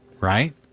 Right